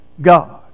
God